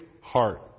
heart